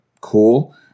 cool